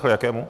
Jakému?